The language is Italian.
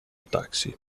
taxi